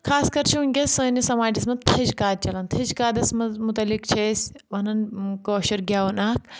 خاص کَر چھُ وٕنکیٚس سٲنِس سَماجَس منٛز تٔھج کاد چَلان تٔھج کادَس منٛز متعلق چھِ أسۍ وَنان کٲشِر گؠوٕنۍ اکھ